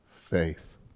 faith